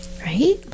right